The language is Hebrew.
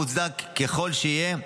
מוצדק ככל שיהיה,